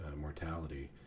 mortality